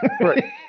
Right